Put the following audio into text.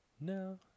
No